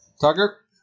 Tucker